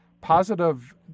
positive